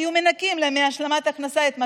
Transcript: היו מנכים לו מהשלמת ההכנסה את מה